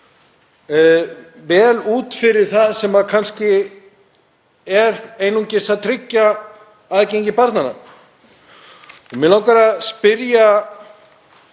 vel út fyrir það sem kannski er einungis til að takmarka aðgengi barnanna. Mig langar að spyrja